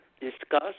discuss